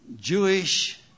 Jewish